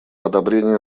одобрения